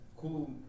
cool